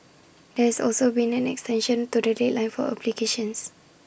there has also been an extension to the deadline for applications